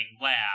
lab